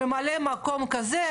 ממלא מקום כזה,